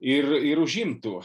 ir ir užimtų